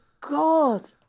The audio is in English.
God